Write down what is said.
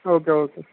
okay okay